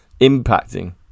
impacting